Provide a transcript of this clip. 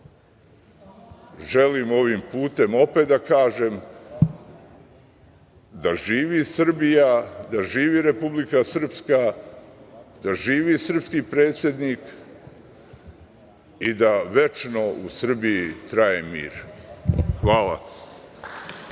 želim ovim putem opet da kažem da živi Srbija, da živi Republika Srpska, da živi srpski predsednik i da večno u Srbiji traje mir. Hvala.